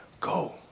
go